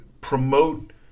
promote